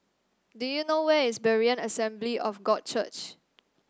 do you know where is Berean Assembly of God Church